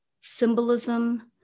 symbolism